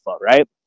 right